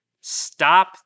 Stop